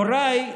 הוריי,